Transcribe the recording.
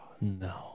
No